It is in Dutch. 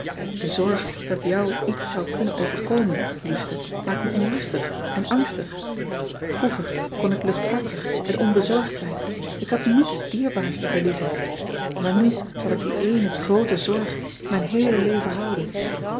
e zorg dat jou iets zou kunnen overkomen liefste maakt me onrustig en angstig roeger kon ik luchthartig en onbezorgd zijn ik had niets dierbaars te verliezen maar nu zal ik die eene groote zorg mijn heele leven houden